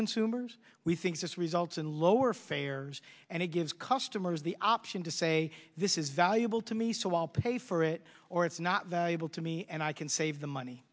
consumers we think this results in lower fares and it gives customers the option to say this is valuable to me so i'll pay for it or it's not valuable to me and i can save the money